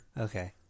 Okay